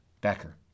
Becker